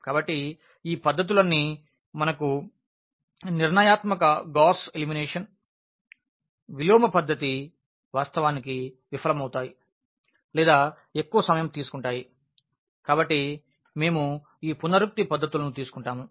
కాబట్టి ఈ పద్ధతులన్నీ మనకు నిర్ణయాత్మక గాస్ ఎలిమినేషన్ విలోమ పద్ధతి వాస్తవానికి విఫలమవుతుంది లేదా ఎక్కువ సమయం తీసుకుంటాయి కాబట్టి మేము ఈ పునరుక్తి పద్ధతులను తీసుకుంటాము